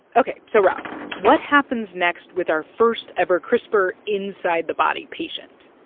ok. so, rob, what happens next with our first ever crispr-inside-the-body patient?